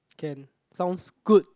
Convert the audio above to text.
can sounds good